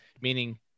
meaning